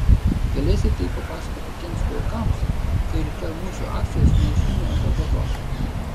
galėsi tai papasakoti tiems vilkams kai rytoj mūsų akcijos nueis šuniui ant uodegos